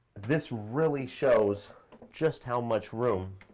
this really shows just how much room